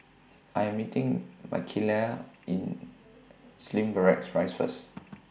I Am meeting Michaele in Slim Barracks Rise First